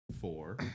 Four